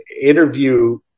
interview